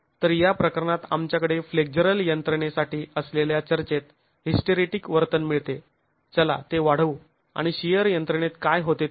तर या प्रकरणात आमच्याकडे फ्लेक्झरल यंत्रणेसाठी असलेल्या चर्चेत हिस्टरेटीक वर्तन मिळते चला ते वाढवू आणि शिअर यंत्रणेत काय होते ते पाहू